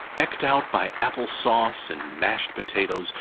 eked out by apple-sauce and mashed potatoes,